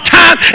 time